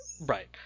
Right